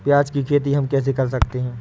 प्याज की खेती हम कैसे कर सकते हैं?